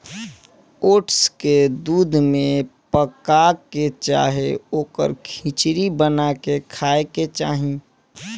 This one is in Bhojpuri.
ओट्स के दूध में पका के चाहे ओकर खिचड़ी बना के खाए के चाही